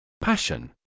Passion